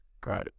great